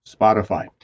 Spotify